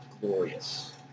glorious